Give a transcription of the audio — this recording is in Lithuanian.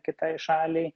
kitai šaliai